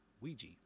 Ouija